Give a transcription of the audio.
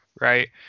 right